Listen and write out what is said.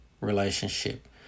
relationship